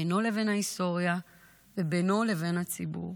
בינו לבין ההיסטוריה ובינו לבין הציבור.